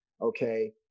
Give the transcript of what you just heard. okay